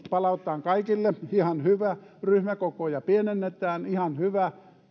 palauttaminen kaikille ihan hyvä ryhmäkokojen pienentäminen ihan hyvä